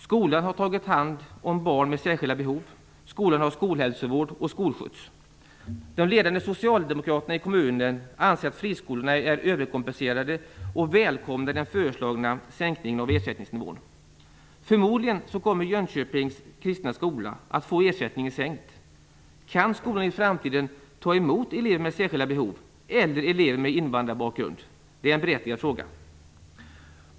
Skolan har tagit hand om barn med särskilda behov, och skolan har skolhälsovård och skolskjuts. De ledande socialdemokraterna i kommunen anser att friskolorna är överkompenserade och välkomnar den föreslagna sänkningen av ersättningsnivån. Förmodligen kommer Jönköpings kristna skola att få ersättningen sänkt. Kan skolan i framtiden ta emot elever med särskilda behov eller elever med invandrarbakgrund? Det är en berättigad fråga.